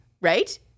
right